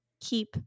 keep